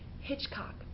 Hitchcock